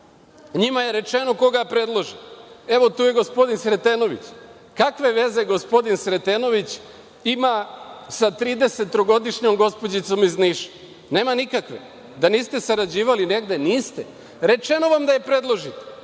NJima je rečeno koga da predlože. Evo, tu je gospodin Sretenović. Kakve veze gospodin Sretenović ima sa trideset trogodišnjom gospođicom iz Niša? Nema nikakve. Da niste sarađivali negde? Niste. Rečeno vam je da je predložite. Ja